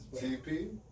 TP